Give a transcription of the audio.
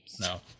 no